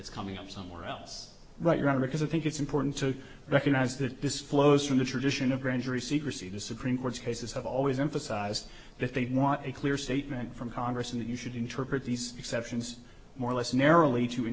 it's coming from somewhere else but your honor because i think it's important to recognize that this flows from the tradition of grand jury secrecy to supreme court cases have always emphasized that they don't want a clear statement from congress and that you should interpret these exceptions more or less narrowly to